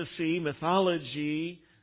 mythology